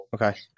Okay